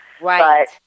Right